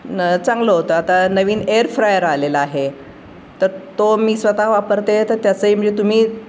न चांगलं होतं आता नवीन एअर फ्रायर आलेला आहे तर तो मी स्वतः वापरते तर त्याचंही म्हणजे तुम्ही